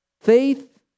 Faith